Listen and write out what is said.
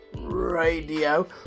radio